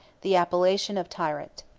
the appellation of tyrant.